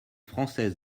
française